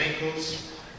ankles